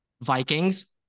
Vikings